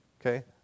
okay